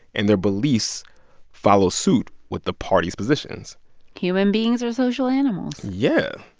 and their beliefs follow suit with the party's positions human beings are social animals yeah.